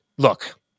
Look